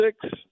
six